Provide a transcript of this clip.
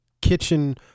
kitchen